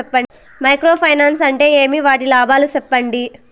Micro finance అంటే ఏమి? వాటి లాభాలు సెప్పండి?